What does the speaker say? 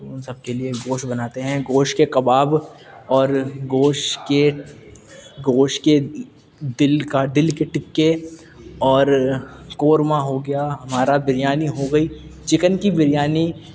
ان سب کے لیے گوشت بناتے ہیں گوشت کے کباب اور گوشت کے گوشت کے دل کا دل کے ٹکے اور کورما ہو گیا ہمارا بریانی ہو گئی چکن کی بریانی